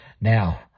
Now